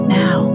now